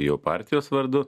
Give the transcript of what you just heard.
į jo partijos vardu